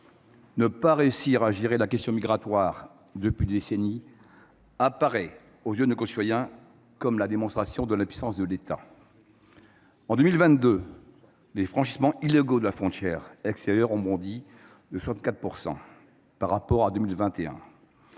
Ne pas réussir à gérer la question migratoire depuis des décennies apparaît aux yeux de nos concitoyens comme la démonstration de l’impuissance de l’État. En 2022, les franchissements illégaux de nos frontières extérieures ont bondi de 64 % par rapport à 2021.